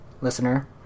listener